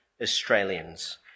Australians